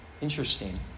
Interesting